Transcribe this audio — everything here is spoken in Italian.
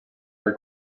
dal